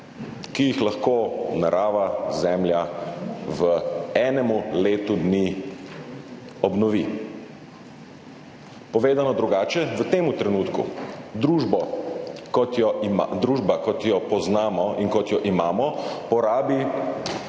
ki jih lahko narava, Zemlja v enem letu dni obnovi. Povedano drugače, v tem trenutku družba, kot jo poznamo in kot jo imamo, porabi